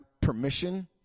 permission